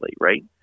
right